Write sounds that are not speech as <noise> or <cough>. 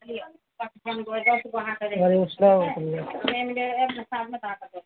<unintelligible>